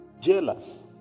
Jealous